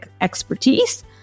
expertise